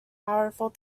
powerful